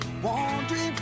Wandering